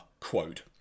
quote